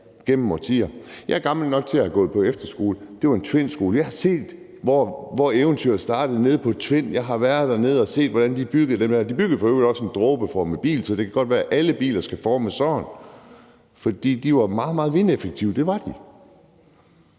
Jeg er gammel nok til at have gået på en Tvindefterskole. Jeg har set, hvor eventyret startede nede på Tvind, og jeg har været dernede og har set, hvordan de byggede dem. De byggede i øvrigt også en dråbeformet bil, så det kan godt være, at alle biler skal formes sådan, for de var meget, meget vindeffektive. Det var de